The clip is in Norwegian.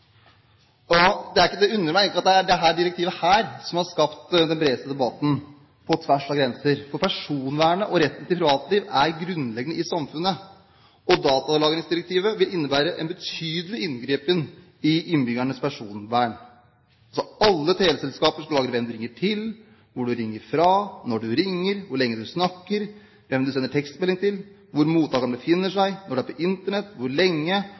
Det undrer meg ikke at det er dette direktivet som har skapt den bredeste debatten på tvers av grenser, for personvernet og retten til privatliv er grunnleggende i samfunnet. Datalagringsdirektivet vil innebære en betydelig inngripen i innbyggernes personvern. Alle teleselskaper skal lagre hvem man ringer til, hvor man ringer fra, når man ringer, hvor lenge man snakker, hvem man sender tekstmelding til, hvor mottakeren befinner seg, når man er på Internett, hvor lenge,